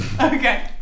Okay